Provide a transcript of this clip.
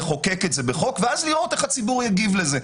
לחוקק את זה בחוק ואז לראות איך הציבור יגיב לזה.